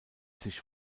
sich